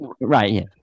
Right